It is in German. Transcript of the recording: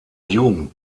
jugend